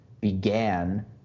began